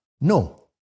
No